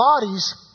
bodies